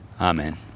Amen